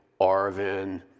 Arvin